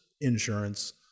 Insurance